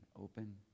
open